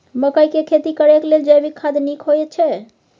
मकई के खेती करेक लेल जैविक खाद नीक होयछै?